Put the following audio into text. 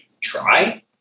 try